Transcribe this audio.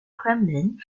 kremlin